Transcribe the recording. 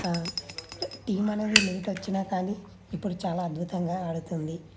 team అనేది late వచ్చినా కానీ ఇప్పుడు చాలా అద్భుతంగా ఆడుతుంది